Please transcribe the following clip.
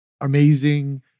Amazing